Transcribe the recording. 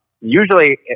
Usually